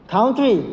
Country